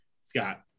Scott